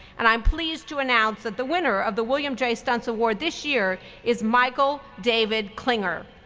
and i'm pleased to announce that the winner of the william j. stuntz award this year is michael david klinger.